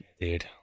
Dude